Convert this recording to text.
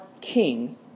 King